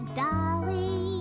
dolly